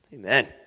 Amen